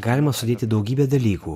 galima sudėti daugybę dalykų